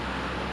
yes